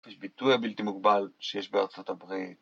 יש ביטוי הבלתי מוגבל שיש בארצות הברית